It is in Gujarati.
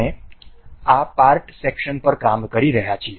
અમે આ પાર્ટ સેકશન પર કામ કરી રહ્યા છીએ